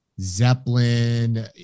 Zeppelin